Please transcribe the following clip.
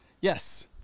Yes